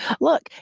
Look